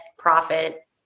profit